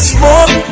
Smoke